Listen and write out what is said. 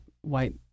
white